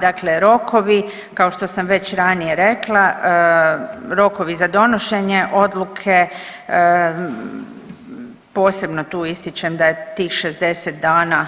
Dakle, rokovi kao što sam već ranije rekla rokovi za donošenje odluke posebno tu ističem da je tih 60 dana